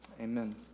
amen